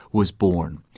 was born.